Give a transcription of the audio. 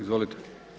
Izvolite.